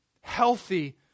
Healthy